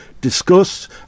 discuss